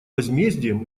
возмездием